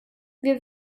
wir